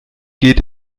geht